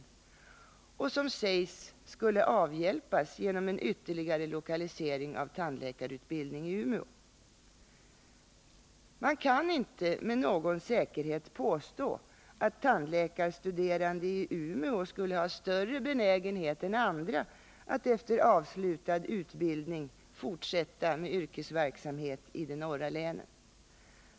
Det sägs att denna obalans skulle avhjälpas genom en ytterligare lokalisering av tandläkarutbildning till Umeå, men man kan inte med någon säkerhet påstå att tandläkarstuderande i Umeå skulle ha större benägenhet än andra att efter avslutad utbildning fortsätta med yrkesverksamhet i de norra länen.